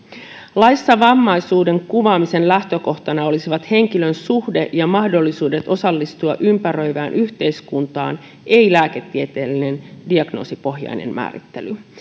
laissa vammaisuuden kuvaamisen lähtökohtana olisi henkilön suhde ja mahdollisuudet osallistua ympäröivään yhteiskuntaan ei lääketieteellinen diagnoosipohjainen määrittely